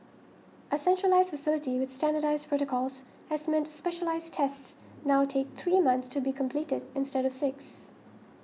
a centralised facility with standardised protocols has meant specialised tests now take three months to be completed instead of six